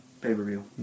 pay-per-view